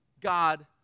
God